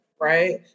right